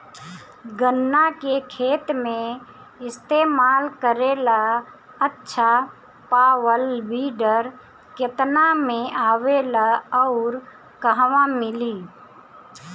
गन्ना के खेत में इस्तेमाल करेला अच्छा पावल वीडर केतना में आवेला अउर कहवा मिली?